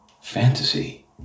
Fantasy